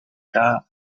that